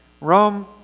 Rome